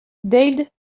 deild